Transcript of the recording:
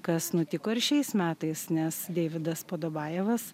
kas nutiko ir šiais metais nes deividas podabajevas